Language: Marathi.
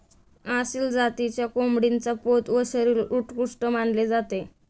आसिल जातीच्या कोंबडीचा पोत व शरीर उत्कृष्ट मानले जाते